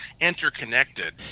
interconnected